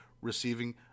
receiving